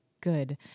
good